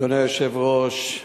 אדוני היושב-ראש,